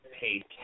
Paid